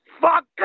fuck